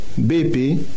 BP